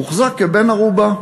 מוחזק כבן-ערובה.